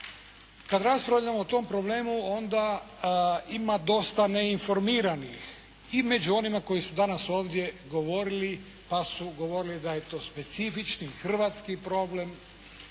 Kad raspravljamo o tom problemu onda ima dosta neinformiranih i među onima koji su danas ovdje govorili pa su govorili da je to specifični hrvatski problem,